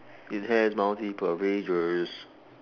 it has multiple pages